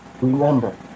Remember